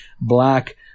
black